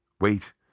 wait